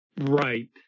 right